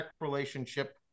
relationship